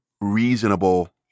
reasonable